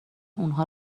اونها